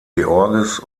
georges